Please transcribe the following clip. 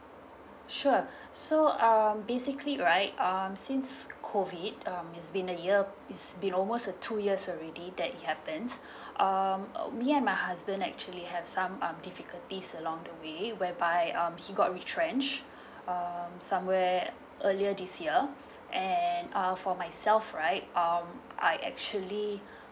sure so um basically right um since COVID um it's been a year it's been almost of two years already that it happens um me and my husband actually have some um difficulties along the way whereby um he got retrenched um somewhere earlier this year and uh for myself right um I actually